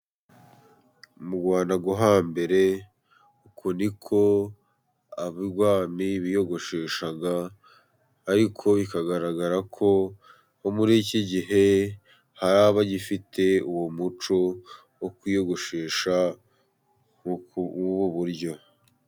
Mu rwanda rwo hambere, uko ni ko abibwami biyogosheshaga, ariko bikagaragara ko muri iki gihe hari abagifite uwo muco wo kwiyogoshesha ubu buryo.